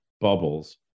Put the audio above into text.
bubbles